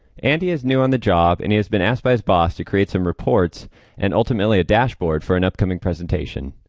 andy is new on the job and he has been asked by his boss to create some reports and ultimately a dashboard for an upcoming presentation